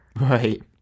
Right